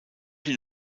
die